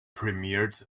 premiered